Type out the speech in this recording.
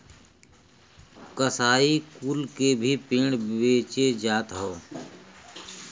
कसाई कुल के भी भेड़ बेचे जात हौ